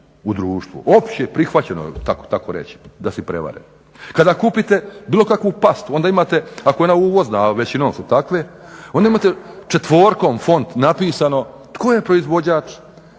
u društvu. Opće prihvaćeno tako reći da si prevaren. Kada kupite bilo kakvu pastu onda imate ako je ona uvozna, a većinom su takve, onda imate četvorkom font napisano tko je proizvođač,